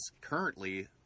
currently